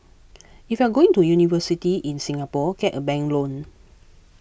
if you're going to university in Singapore get a bank loan